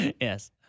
Yes